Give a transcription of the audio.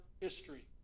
history